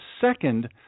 second